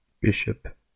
Bishop